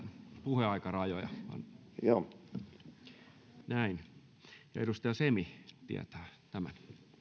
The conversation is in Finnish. puheaikarajoja edustaja semi tietää tämän arvoisa